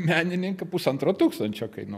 menininką pusantro tūkstančio kainuo